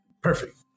perfect